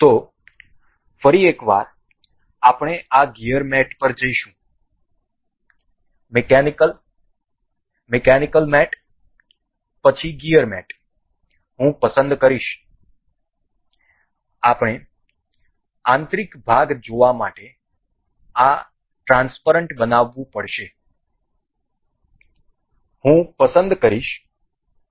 તેથી ફરી એકવાર આપણે આ ગિયર મેટ પર જઈશું મિકેનિકલ મિકેનિકલ મેટ પછી ગિયર મેટ હું પસંદ કરીશ આપણે આંતરિક ભાગ જોવા માટે આ પારદર્શક બનાવવું પડશે હું પસંદ કરીશ